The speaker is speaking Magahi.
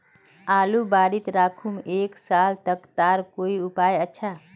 आलूर बारित राखुम एक साल तक तार कोई उपाय अच्छा?